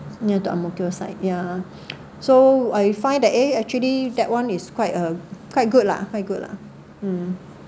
near the Ang-Mo-Kio side ya so I find that eh actually that one is quite uh quite good lah good lah mm